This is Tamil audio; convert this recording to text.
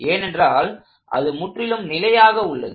ஏனென்றால் அது முற்றிலும் நிலையாக உள்ளது